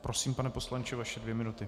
Prosím, pane poslanče, vaše dvě minuty.